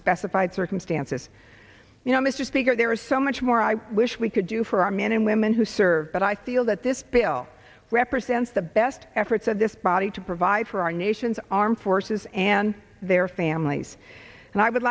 specified circumstances you know mr speaker there is so much more i wish we could do for our men and women who serve but i feel that this bill represents the best efforts of this body to provide for our nation's armed forces and their families and i would